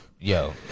Yo